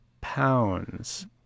pounds